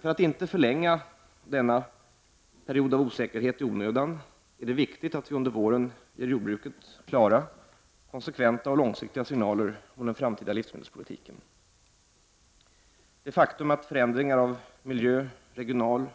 För att inte förlänga denna period av osäkerhet i onödan är det viktigt att vi under våren ger jordbruket klara, konsekventa och långsiktiga signaler om den framtida livsmedelspolitiken. Det faktum att förändringar av miljö-, regional-,